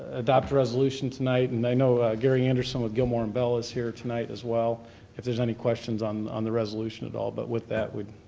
adopt a resolution tonight, and i know gary anderson with gilmore and bell is here tonight as well if there's any questions on on the resolution at all, but with that, we'd,